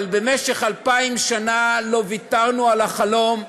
אבל במשך אלפיים שנה לא ויתרנו על החלום,